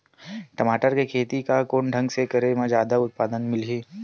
टमाटर के खेती ला कोन ढंग से करे म जादा उत्पादन मिलही?